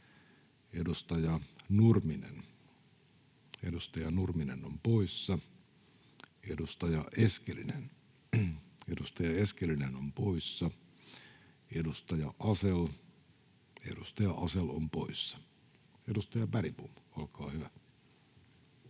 edustaja Eskelinen on poissa. Edustaja Asell, edustaja Asell on poissa. — Edustaja Bergbom, olkaa hyvä.